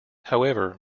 however